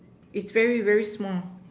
it's very very small